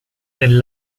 nel